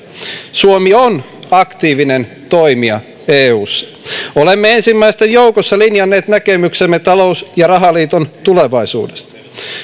suomi on aktiivinen toimija eussa olemme ensimmäisten joukossa linjanneet näkemyksemme talous ja rahaliiton tulevaisuudesta